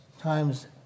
times